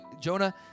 Jonah